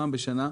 פעם בשנה,